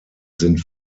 sind